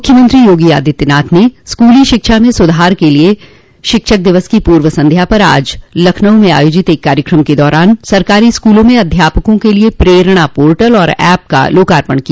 मुख्यमंत्री योगी आदित्यनाथ ने स्कूली शिक्षा में सुधार के लिये शिक्षक दिवस की पूर्व संध्या पर आज लखनऊ में आयोजित एक कार्यक्रम के दौरान सरकारी स्कूलों में अध्यापकों के लिये प्रेरणा पोर्टल और एप का लोकार्पण किया